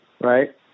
right